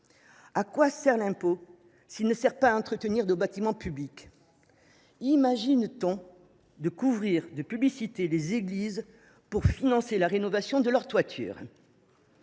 À quoi sert l’impôt s’il ne contribue pas à entretenir nos bâtiments publics ? Imagine t on couvrir de publicités les églises pour en financer la rénovation des toitures ?